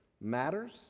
matters